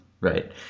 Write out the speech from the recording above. Right